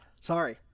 Sorry